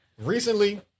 Recently